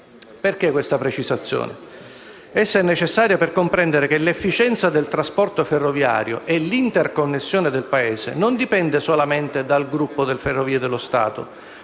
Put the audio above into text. tale precisazione è necessaria per comprendere che l'efficienza del trasporto ferroviario, e l'interconnessione del Paese, non dipende solamente dal gruppo Ferrovie dello Stato